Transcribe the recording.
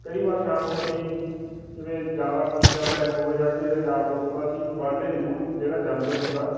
ਕਈ ਵਾਰ ਸ਼ਾਮ ਨੂੰ ਅਸੀਂ ਜਿਵੇਂ ਜ਼ਿਆਦਾ ਖੁਸ਼ੀ ਦਾ ਟਾਈਮ ਹੋਵੇ ਜਾਂ ਕਿਸੇ ਯਾਰ ਦੋਸਤ ਦਾ ਅਸੀਂ ਬਡੇ ਜ਼ਰੂਰ ਜਿਹੜਾ ਜਨਮਦਿਨ ਹੁੰਦਾ